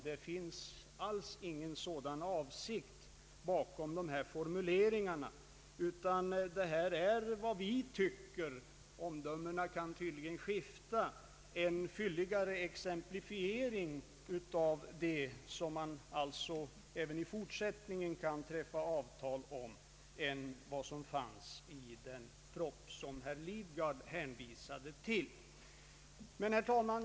Det finns alls ingen sådan avsikt bakom dessa formuleringar. Omdömena när det gäller formuleringar kan tydligen skifta, men skrivningen är vad vi betraktar som en fylligare exemplifiering av vad man även i fortsättningen kan träffa avtal om än vad som fanns i den proposition som herr Lidgard hänvisade till. Herr talman!